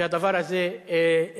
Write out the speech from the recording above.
שהדבר הזה יתממש.